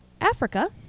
Africa